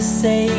say